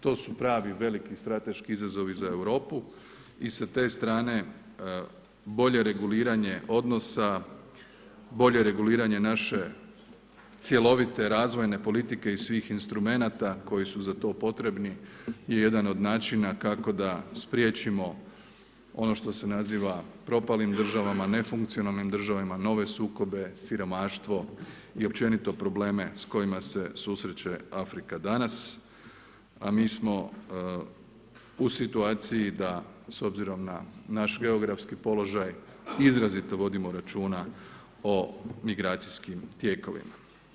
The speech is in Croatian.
To su pravi veliki strateški izazovi za Europu i sa te strane bolje reguliranje odnosa, bolje reguliranje naše cjelovite razvojne politike i svih instrumenata koji su za to potrebni je jedan od načina kako da spriječimo ono što se naziva propalim državama, nefunkcionalnim državama, nove sukobe, siromaštvo i općenito probleme s kojima se susreće Afrika danas, a mi smo u situaciji da, s obzirom na naš geografski položaj, izrazito vodimo računa o migracijskim tijekovima.